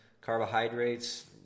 Carbohydrates